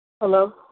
hello